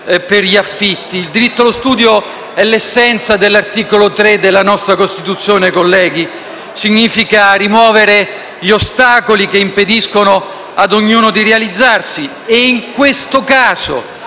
per gli affitti. Il diritto allo studio è l'essenza dell'articolo 3 della nostra Costituzione: significa rimuovere gli ostacoli che impediscono a ognuno di realizzarsi e che, in questo caso,